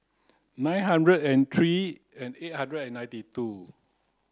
nine hundred and three and eight hundred and ninety two